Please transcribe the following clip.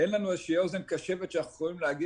אין לנו איזה שהיא אוזן קשבת שאנחנו יכולים להגיע